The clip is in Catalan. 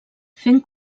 fent